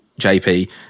JP